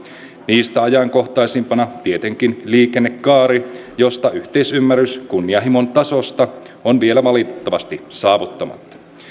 niistä ajankohtaisimpana tietenkin liikennekaari jossa yhteisymmärrys kunnianhimon tasosta on vielä valitettavasti saavuttamatta